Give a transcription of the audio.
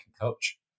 coach